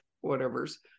whatever's